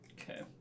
Okay